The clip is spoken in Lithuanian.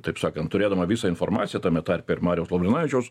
taip sakant turėdama visą informaciją tame tarpe ir mariaus laurinavičiaus